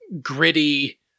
gritty